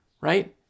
right